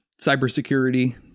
cybersecurity